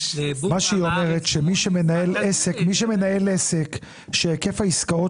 היא אומרת שמי שמנהל עסק שהיקף העסקאות